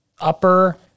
upper